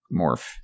morph